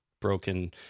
broken